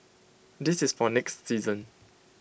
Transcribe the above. this is for next season